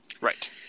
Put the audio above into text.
Right